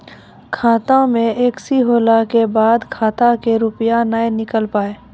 खाता मे एकशी होला के बाद खाता से रुपिया ने निकल पाए?